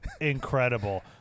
incredible